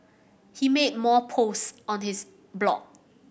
he made more posts on his blog